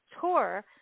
tour